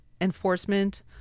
enforcement